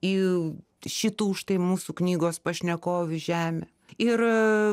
į šitų štai mūsų knygos pašnekovių žemę ir